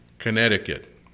Connecticut